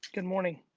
good morning.